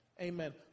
Amen